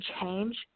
change